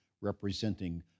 representing